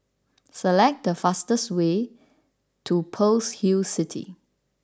Select the fastest way to Pearl's Hill City